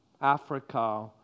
Africa